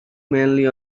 mainly